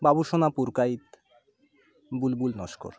Babusona Purkait Bulbul Naskar